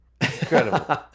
incredible